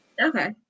Okay